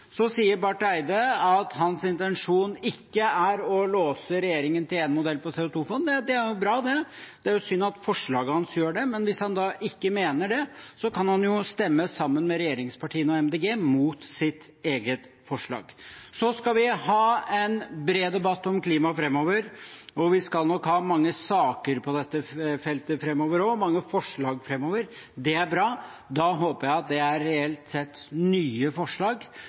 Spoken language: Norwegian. Så sier Barth Eide at hans intensjon ikke er å låse regjeringen til én modell for CO2-fond. Det er bra. Det er synd at forslaget hans gjør det, men hvis han ikke mener det, kan han jo stemme sammen med regjeringspartiene og Miljøpartiet De Grønne mot sitt eget forslag. Vi skal ha en bred debatt om klima framover, og vi skal nok ha mange saker på dette feltet framover også – og mange forslag framover. Det er bra, og da håper jeg at det er reelt sett nye forslag